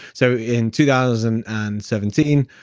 so in two thousand and seventeen,